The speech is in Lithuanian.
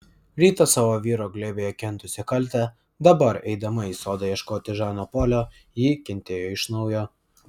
rytą savo vyro glėbyje kentusi kaltę dabar eidama į sodą ieškoti žano polio ji kentėjo iš naujo